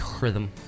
Rhythm